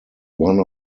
one